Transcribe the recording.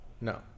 no